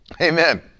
Amen